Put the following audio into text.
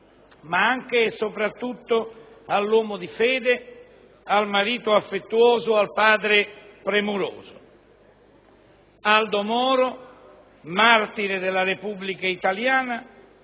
ma anche e soprattutto all'uomo di fede, al marito affettuoso, al padre premuroso. Aldo Moro, martire della Repubblica italiana,